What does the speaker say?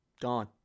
Gone